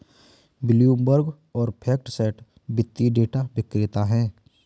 Bloomberg और FactSet वित्तीय data विक्रेता हैं